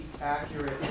accurate